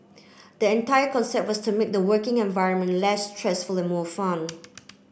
the entire concept was to make the working environment less stressful and more fun